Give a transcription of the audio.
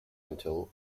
until